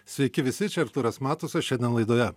sveiki visi čia artūras matusas šiandien laidoje